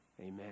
Amen